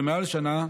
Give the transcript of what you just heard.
ומעל שנה,